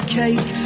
cake